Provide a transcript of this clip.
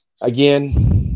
Again